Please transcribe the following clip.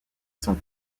sont